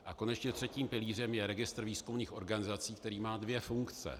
A konečně třetím pilířem je registr výzkumných organizací, který má dvě funkce.